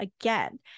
again